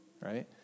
right